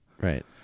right